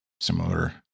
similar